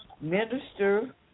minister